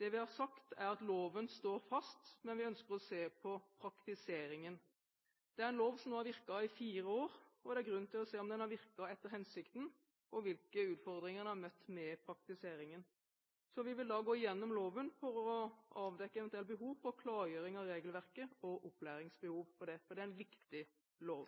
Det vi har sagt, er at loven står fast, men vi ønsker å se på praktiseringen. Det er en lov som nå har virket i fire år, og det er grunn til å se om den har virket etter hensikten og hvilke utfordringer en har møtt med praktiseringen. Vi vil gå gjennom loven for å avdekke eventuelle behov for klargjøring av regelverket og opplæringsbehov, for det er en viktig lov.